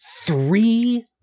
three